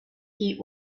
heat